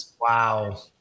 Wow